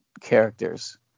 characters